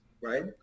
right